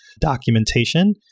documentation